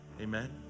Amen